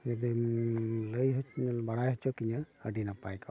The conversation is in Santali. ᱡᱩᱫᱤᱢ ᱞᱟᱹᱭ ᱵᱟᱲᱟᱭ ᱦᱚᱪᱚ ᱠᱤᱧᱟ ᱟᱹᱰᱤ ᱱᱟᱯᱟᱭ ᱠᱚᱜᱼᱟ